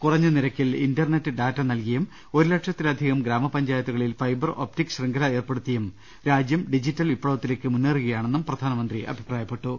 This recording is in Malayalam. കുറഞ്ഞ നിരക്കിൽ ഇന്റർനെറ്റ് ഡാറ്റ നൽകിയും ഒരു ലക്ഷത്തി ലധികം ഗ്രാമപഞ്ചായത്തുകളിൽ ഫൈബർ ഒപ്റ്റിക് ശൃംഖല ഏർപ്പെ ടുത്തിയും രാജൃം ഡിജിറ്റൽ വിപ്ലവത്തിലേക്ക് മുന്നേറുകയാണെന്നും പ്രധാനമന്ത്രി അഭിപ്രായപ്പെട്ടു